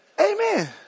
Amen